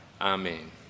Amen